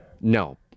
No